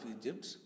Egypt